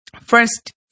First